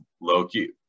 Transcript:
Loki